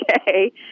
okay